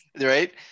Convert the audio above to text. Right